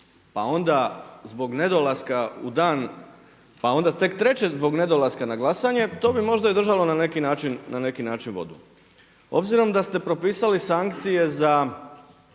pa onda zbog nedolaska u dan, pa onda tek treće zbog nedolaska na glasanje to bi možda i držalo na neki način vodu. Obzirom da ste propisali sankcije za,